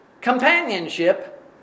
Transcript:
companionship